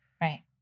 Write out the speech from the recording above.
Right